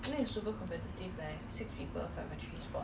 experience ah it's not that bad ah but I think I